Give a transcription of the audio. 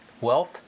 wealth